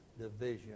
division